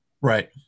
Right